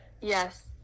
yes